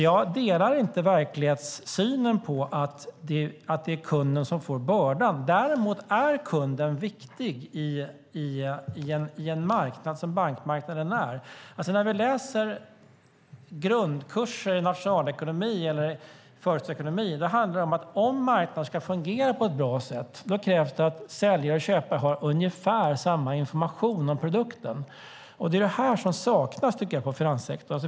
Jag delar inte synen att det är kunden som får bördan. Däremot är kunden viktig i en marknad, som bankmarknaden är. Vi kan läsa grundkurser i nationalekonomi eller företagsekonomi. Om marknaden ska fungera på ett bra sätt krävs det att säljare och köpare har ungefär samma information om produkten. Det är det som saknas, tycker jag, i finanssektorn.